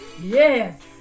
Yes